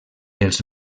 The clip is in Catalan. els